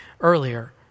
earlier